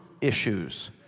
issues